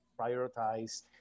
prioritize